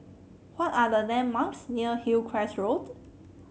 what are the landmarks near Hillcrest Road